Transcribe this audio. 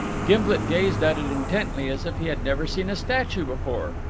gimblet gazed at it intently, as if he had never seen a statue before.